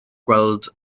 gweld